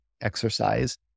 exercise